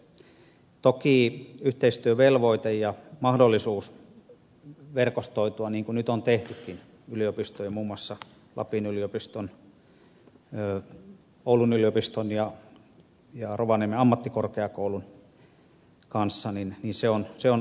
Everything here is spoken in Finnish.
toki on olemassa yhteistyövelvoite ja mahdollisuus verkostoitua niin kuin nyt on tehtykin yliopistojen muun muassa lapin yliopiston oulun yliopiston ja rovaniemen ammattikorkeakoulun kanssa niin se on se on